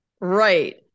Right